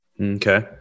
Okay